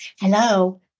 hello